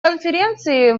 конференции